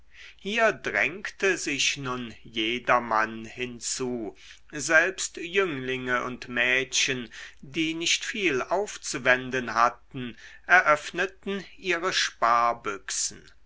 hier drängte sich nun jedermann hinzu selbst jünglinge und mädchen die nicht viel aufzuwenden hatten eröffneten ihre sparbüchsen